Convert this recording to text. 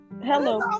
Hello